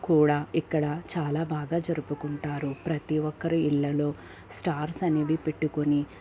కూడా ఇక్కడ చాలా బాగా జరుపుకుంటారు ప్రతీ ఒక్కరు ఇళ్లలో స్టార్స్ అనేవి పెట్టుకొని